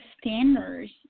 standards